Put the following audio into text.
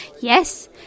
Yes